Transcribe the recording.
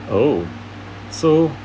oh so